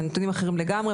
הנתונים אחרים לגמרי,